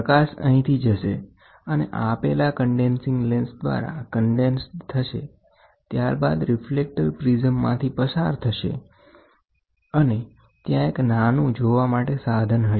પ્રકાશ અહીંથી જશે અને આપેલા કન્ડેનસિંગ લેન્સ દ્વારા કન્ડેન્સ્ડ થશે ત્યારબાદ રિફલેક્ટર પ્રિઝમ માંથી પસાર થશે અને ત્યાં એક નાનું જોવા માટે સાધન હશે